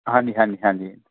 ਹਾਂਜੀ ਹਾਂਜੀ ਹਾਂਜੀ